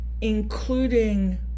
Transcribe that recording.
including